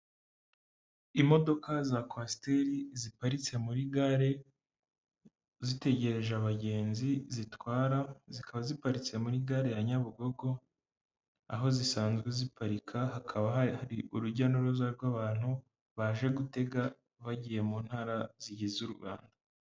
Imodoka za kwasiteri ziparitse muri gare zitegereje abagenzi zitwara, zikaba ziparitse muri gare ya Nyabugogo aho zisanzwe ziparika. Hakaba hari urujya n'uruza rw'abantu baje gutega bagiye mu ntara zigize u Rwanda.